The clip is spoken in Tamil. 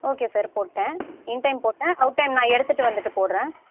ஓகே சார் போட்டேன் இன் டைம் போட்டேன் அவுட் டைம் நான் எடுத்துட்டு வந்துவிட்டு போட்றேன்